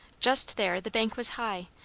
just there the bank was high,